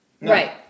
Right